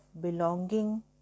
belonging